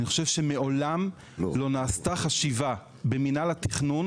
אני חושב שמעולם לא נעשתה מחשבה במנהל התכנון,